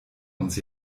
uns